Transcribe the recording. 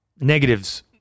negatives